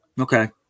Okay